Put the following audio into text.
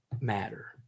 matter